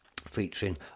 featuring